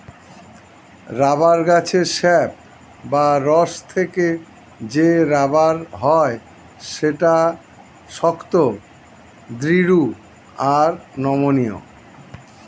rubber গাছের sap বা রস থেকে যে রাবার হয় সেটা শক্ত, দৃঢ় আর নমনীয়